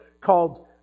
called